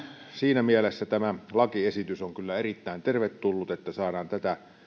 siinä mielessä tämä lakiesitys on kyllä erittäin tervetullut että saadaan tätä